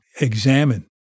examine